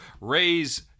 raise